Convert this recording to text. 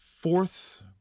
fourth